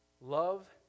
Love